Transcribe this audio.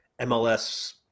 MLS